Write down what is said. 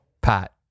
Pat